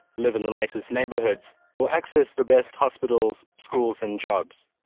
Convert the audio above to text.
live in the nicest neighborhoods, or access the best hospitals, schools, and jobs.